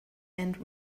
and